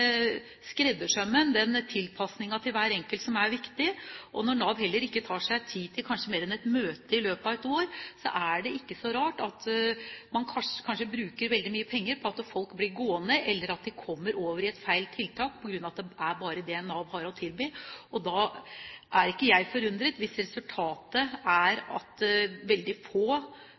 skreddersømmen, den tilpasningen, til hver enkelt som er viktig. Når Nav heller ikke tar seg tid til kanskje mer enn ett møte i løpet av et år, er det ikke så rart at man bruker veldig mye penger på at folk blir gående arbeidsledige, eller at de kommer over i et feil tiltak på grunn av at det bare er det som Nav har å tilby. Da er ikke jeg forundret hvis resultatet er at veldig få